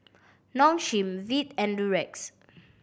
Nong Shim Veet and Durex